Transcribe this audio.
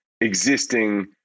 existing